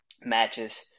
matches